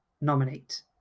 nominate